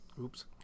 Oops